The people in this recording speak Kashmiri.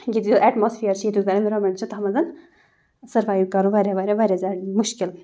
ییٚتہِ یُس اٮ۪ٹماسفِیَر چھِ ییٚتہِ یُس اٮ۪نوِرانٛمٮ۪نٛٹ چھِ تَتھ منٛز سٔروایِو کَرُن واریاہ واریاہ واریاہ زیادٕ مُشکل